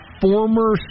former